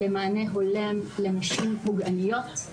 למענה הולם לנשים פוגעניות.